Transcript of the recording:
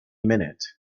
minute